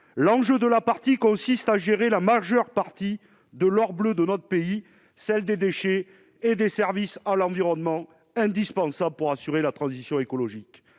L'enjeu de la partie consiste à gérer la majeure partie de l'or bleu de notre pays, les déchets et les services à l'environnement indispensables pour assurer la transition écologique.